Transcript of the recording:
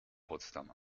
potsdam